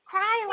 Cry